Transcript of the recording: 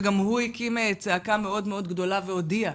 שגם הוא הקים צעקה מאוד מאוד גדולה והודיע,